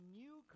new